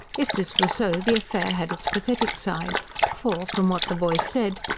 if this were so, the affair had its pathetic side for, from what the boy said,